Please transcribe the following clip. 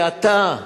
שאתה,